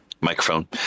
microphone